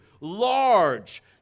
Large